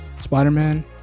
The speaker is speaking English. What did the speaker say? Spider-Man